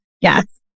Yes